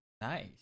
Nice